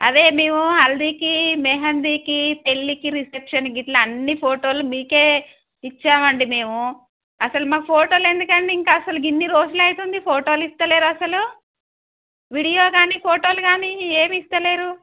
అదే మేము హల్దీకి మెహందీకి పెళ్లికి రిసెప్షన్ ఇట్ల అన్నీ ఫోటోలు మీకే ఇచ్చాము అండి మేము అసలు మాకు ఫోటోలు ఎందుకంటే ఇంకా అసలు ఇన్ని రోజులు అయితుంది ఫోటోలు ఇస్తలేరు అసలు వీడియో కానీ ఫోటోలు కానీ ఏమి ఇస్తలేరు